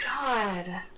God